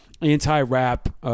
Anti-rap